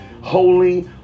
holy